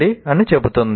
' అని చెబుతుంది